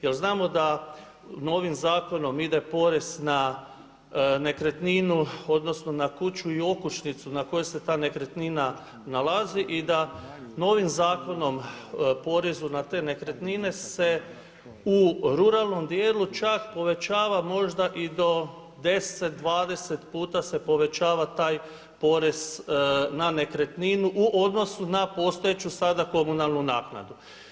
Jer znamo da novim zakonom ide porez na nekretninu, odnosno na kuću i okućnicu na kojoj se ta nekretnina nalazi i da novim zakonom porezu na te nekretnine se u ruralnom dijelu čak povećava možda i do 10, 20 puta se povećava taj porez na nekretninu u odnosu na postojeću sada komunalnu naknadu.